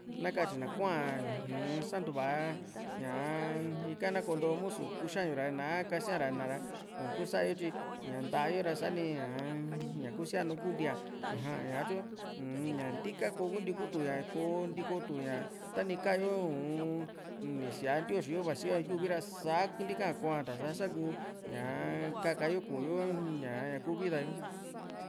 nakatyi na kua´a u-n santuva ñaa ika na konto musu kuxañu ra katyina a kasíara katyina ra i´kusayo tyi nta´a yo ra sani ñaa ñakusíanu kuntía aja ñatyu uu-n ña ntika ko kunti kutuña konti kotuña tani ka´yo uu-n nisíaa ntioxi yo vasi yo ña yuvi ra santika koá sa´sa kuu ñaa kaka yo ku´yo ña ku vida yo